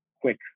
quick